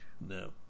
No